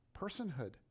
personhood